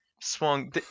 swung